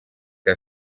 que